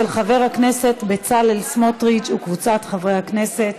של חבר הכנסת בצלאל סמוטריץ וקבוצת חברי הכנסת.